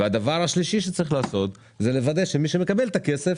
הדבר השלישי שצריך לעשות זה לוודא שמי שמקבל את הכסף